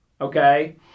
Okay